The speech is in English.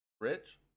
Rich